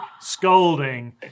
scolding